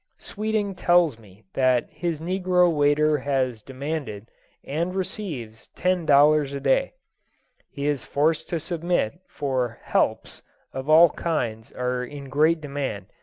sweeting tells me that his negro waiter has demanded and receives ten dollars a-day. he is forced to submit, for helps of all kinds are in great demand,